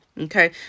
Okay